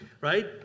Right